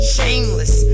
Shameless